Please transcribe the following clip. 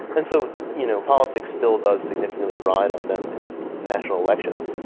and so you know politics still does significantly ride on them in national elections.